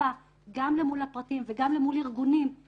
הסיבה שהזמינו אותי לפה זה להביא את הצד השני.